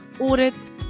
audits